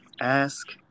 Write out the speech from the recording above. ask